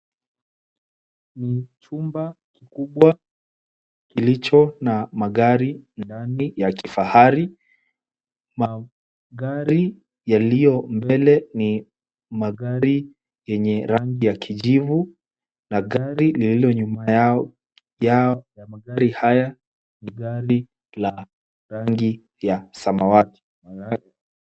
Ni chumba kikubwa kilicho na magari ndani ya kifahari. Magari yaliyo mbele ni magari yenye rangi ya kijivu na gari lililo nyuma yao, ya magari haya ni gari la rangi ya samawati.